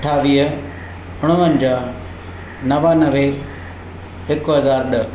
अठावीह उणिवंजाह नवानवे हिकु हज़ार ॾह